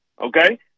Okay